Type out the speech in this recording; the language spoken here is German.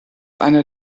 eine